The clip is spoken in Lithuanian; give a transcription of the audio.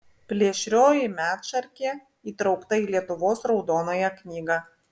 plėšrioji medšarkė įtraukta į lietuvos raudonąją knygą